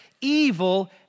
evil